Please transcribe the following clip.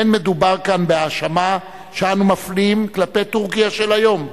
אין מדובר כאן בהאשמה שאנו מפנים כלפי טורקיה של היום,